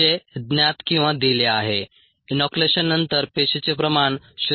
जे ज्ञात किंवा दिले आहे इनोक्युलेशननंतर पेशीचे प्रमाण 0